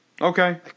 Okay